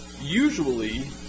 usually